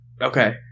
okay